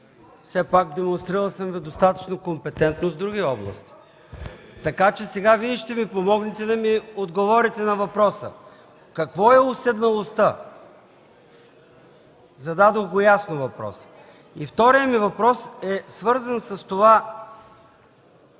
Все пак демонстрирал съм Ви достатъчно компетентност в други области. (Възгласи от ГЕРБ.) Така че сега Вие ще ми помогнете да ми отговорите на въпроса: какво е уседналостта? Зададох ясно въпроса. Вторият ми въпрос е свързан с това: